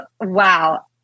wow